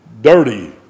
dirty